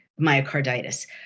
myocarditis